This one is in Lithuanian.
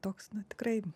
toks na tikrai